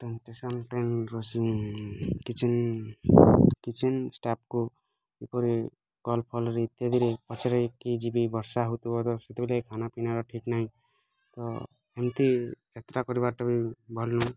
ତେଣୁ ଷ୍ଟେସନ୍ ଟ୍ରେନ୍ର ସିନ୍ କିଚେନ୍ କିଚେନ୍ ଷ୍ଟାଫ୍ଙ୍କୁ କିପରି କଲ୍ ଫଲ୍ରେ ଇତ୍ୟାଦିରେ ପଚାରିକି ଯିବି ବର୍ଷା ହେଉଥିବ ତ ସେତେବେଳେ ଖାନା ପିନାର ଠିକ ନାହିଁ ଏମତି ଯାତ୍ରା କରିବାଟା ବି ଭଲ ନୁହେଁ